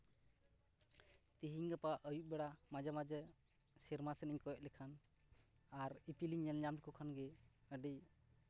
ᱛᱮᱦᱤᱧ ᱜᱟᱯᱟ ᱟᱹᱭᱩᱵ ᱵᱮᱲᱟ ᱢᱟᱡᱷᱮᱼᱢᱟᱡᱷᱮ ᱥᱮᱨᱢᱟ ᱥᱮᱱᱤᱧ ᱠᱚᱭᱚᱜ ᱞᱮᱠᱷᱟᱱ ᱟᱨ ᱤᱯᱤᱞᱤᱧ ᱧᱮᱞ ᱧᱟᱢ ᱞᱮᱠᱚ ᱠᱷᱟᱱᱜᱮ ᱟᱹᱰᱤ